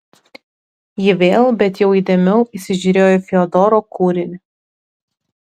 ji vėl bet jau įdėmiau įsižiūrėjo į fiodoro kūrinį